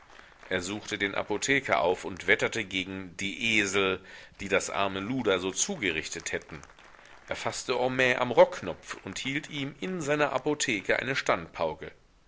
er suchte den apotheker auf und wetterte gegen die esel die das arme luder so zugerichtet hätten er faßte homais am rockknopf und hielt ihm in seiner apotheke eine standpauke